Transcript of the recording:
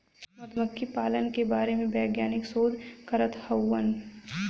मधुमक्खी पालन के बारे में वैज्ञानिक शोध करत हउवन